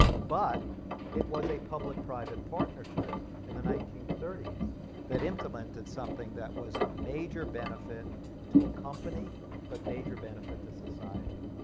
but it was a public-private partnership in the nineteen thirty s that implemented something that was of major benefit to a company but major benefit to society.